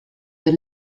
the